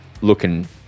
looking